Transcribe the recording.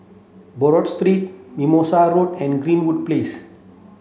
Buroh Street Mimosa Road and Greenwood Place